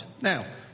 now